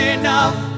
enough